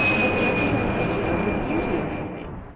but the representation of the beauty of the thing.